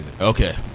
Okay